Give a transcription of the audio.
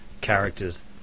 characters